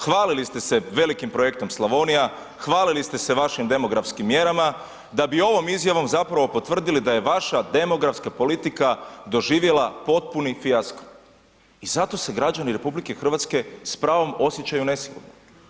Hvalili ste velikim projektom Slavonija, hvalili ste se vašim demografskim mjerama da bi ovom izjavom zapravo potvrdili da je vaša demografska politika doživjela potpuni fijasko i zato se građani RH s pravom osjećaju nesigurni.